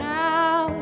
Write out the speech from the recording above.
now